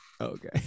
okay